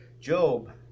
Job